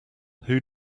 who